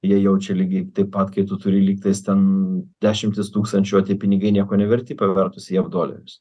jie jaučia lygiai taip pat kai tu turi lyg tais ten dešimtis tūkstančių o tie pinigai nieko neverti pavertus į jav dolerius